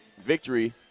victory